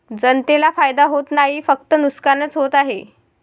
जनतेला फायदा होत नाही, फक्त नुकसानच होत आहे